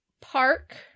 park